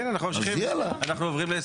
כן, אנחנו ממשיכים.